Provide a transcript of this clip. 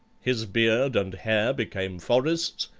his beard and hair became forests,